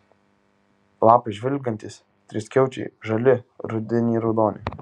lapai žvilgantys triskiaučiai žali rudenį raudoni